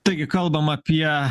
taigi kalbam apie